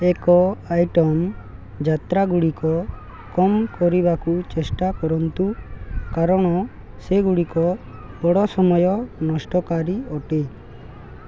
ଏକ ଆଇଟମ୍ ଯାତ୍ରା ଗୁଡ଼ିକ କମ୍ କରିବାକୁ ଚେଷ୍ଟା କରନ୍ତୁ କାରଣ ସେଗୁଡିକ ବଡ଼ ସମୟ ନଷ୍ଟକାରୀ ଅଟେ